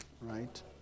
Right